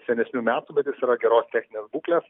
senesnių metų bet jis yra geros techninės būklės